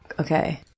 Okay